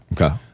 Okay